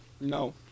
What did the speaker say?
No